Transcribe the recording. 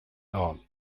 all